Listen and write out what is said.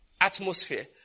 atmosphere